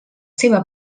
seva